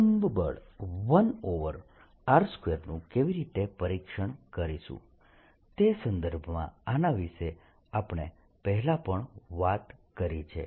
coulomb બળ 1r2 નું કેવી રીતે પરીક્ષણ કરીશું તે સંદર્ભમાં આના વિષે આપણે પહેલા પણ વાત કરી છે